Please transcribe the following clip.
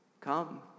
Come